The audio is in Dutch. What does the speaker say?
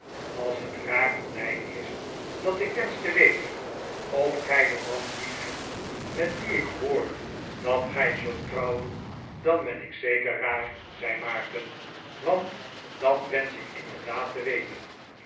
als het raar van mij is dat ik wensch te weten of gij den man liefhebt met wien ik hoor dat gij zult trouwen dan ben ik zeker raar zei maarten want dat wensch ik inderdaad te weten